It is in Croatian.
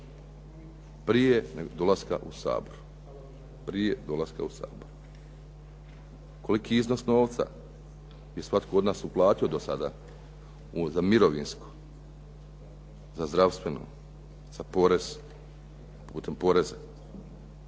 prije dolaska u Sabor. Koliki iznos novca je svatko od nas uplatio do sada u mirovinsko, za zdravstveno, za porez, putem poreza?